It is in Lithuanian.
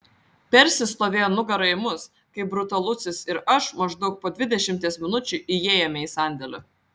persis stovėjo nugara į mus kai brutalusis ir aš maždaug po dvidešimties minučių įėjome į sandėlį